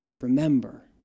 remember